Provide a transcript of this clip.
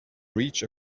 reach